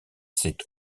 c’est